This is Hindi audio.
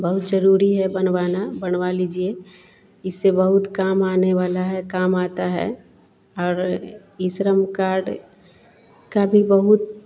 बहुत ज़रूरी है बनवाना बनवा लीजिए इससे बहुत काम आने वाला है काम आता है और ई श्रम कार्ड का भी बहुत